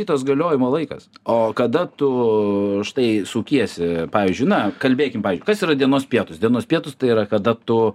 kitas galiojimo laikas o kada tu štai sukiesi pavyzdžiui na kalbėkim kas yra dienos pietūs dienos pietūs tai yra kada tu